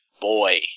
boy